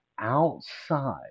outside